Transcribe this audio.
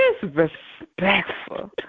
disrespectful